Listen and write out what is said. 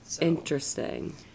Interesting